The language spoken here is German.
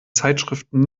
zeitschriften